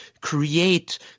create